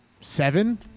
seven